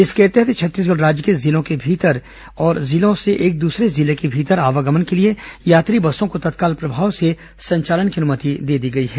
इसके तहत छत्तीसगढ़ राज्य के जिलों के भीतर और एक जिले से दूसरे जिले के बीच आवागमन के लिए यात्री बसों को तत्काल प्रभाव से संचालन की अनुमति दे दी गई है